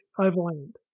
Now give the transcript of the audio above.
Overland